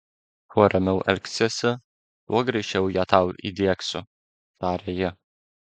kuo ramiau elgsiesi tuo greičiau ją tau įdiegsiu taria ji